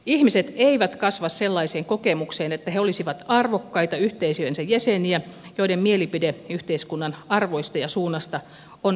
ihmiset eivät kasva sellaiseen kokemukseen että he olisivat arvokkaita yhteisöjensä jäseniä joiden mielipide yhteiskunnan arvoista ja suunnasta on tärkeä